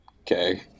Okay